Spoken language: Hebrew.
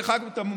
דרך אגב,